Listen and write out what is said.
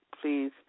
please